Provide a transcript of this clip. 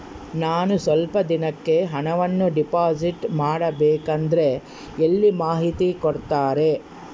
ನಾನು ಸ್ವಲ್ಪ ದಿನಕ್ಕೆ ಹಣವನ್ನು ಡಿಪಾಸಿಟ್ ಮಾಡಬೇಕಂದ್ರೆ ಎಲ್ಲಿ ಮಾಹಿತಿ ಕೊಡ್ತಾರೆ?